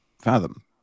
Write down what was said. fathom